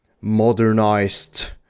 modernized